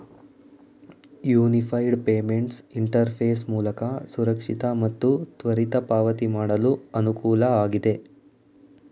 unified payments interface ಮೂಲಕ ಸುರಕ್ಷಿತ ಮತ್ತು ತ್ವರಿತ ಪಾವತಿ ಮಾಡಲು ಅನುಕೂಲ ಆಗಿದೆ